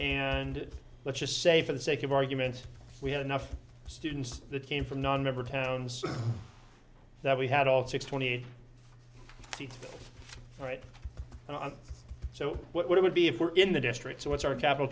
and let's just say for the sake of argument we had enough students that came from the never towns that we had all six twenty eight right and i think so what it would be if we're in the district so what's our capital